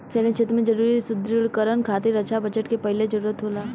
सैन्य क्षेत्र में जरूरी सुदृढ़ीकरन खातिर रक्षा बजट के पहिले जरूरत होला